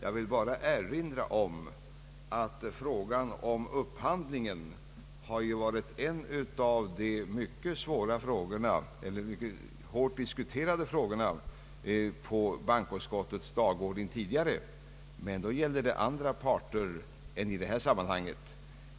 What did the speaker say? Jag vill bara erinra om att upphandlingen har varit en av de mycket hårt diskuterade frågorna på bankoutskottets dagordning tidigare. Men då gällde det andra parter än i detta sammanhang.